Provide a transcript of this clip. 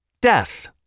Death